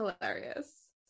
hilarious